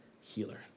healer